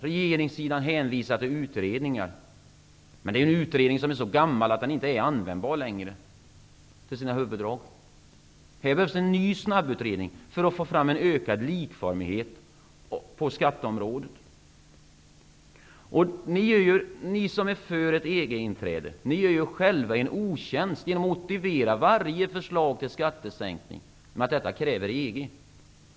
Regeringssidan hänvisar till en utredning, men det är en utredning som är så gammal att den i sina huvuddrag inte längre är användbar. Här behövs en ny snabbutredning, för att få ökad likformighet på skatteområdet. Ni som är för ett EG-inträde gör er själva en otjänst genom att motivera varje förslag till skattesänkning med att EG kräver detta.